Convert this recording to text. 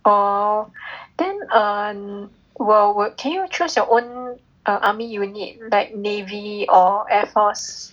oh then err will will can you choose your own army unit like navy or air force